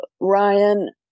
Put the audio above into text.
Ryan